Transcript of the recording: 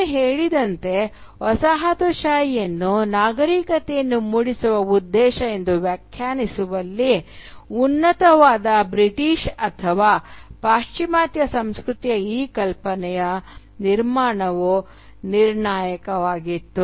ನಾನು ಹೇಳಿದಂತೆ ವಸಾಹತುಶಾಹಿಯನ್ನು ನಾಗರಿಕತೆಯನ್ನು ಮೂಡಿಸುವ ಉದ್ದೇಶ ಎಂದು ವ್ಯಾಖ್ಯಾನಿಸುವಲ್ಲಿ ಉನ್ನತವಾದ ಬ್ರಿಟಿಷ್ ಅಥವಾ ಪಾಶ್ಚಿಮಾತ್ಯ ಸಂಸ್ಕೃತಿಯ ಈ ಕಲ್ಪನೆಯ ನಿರ್ಮಾಣವು ನಿರ್ಣಾಯಕವಾಗಿತ್ತು